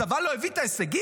הצבא לא הביא את ההישגים?